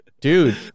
dude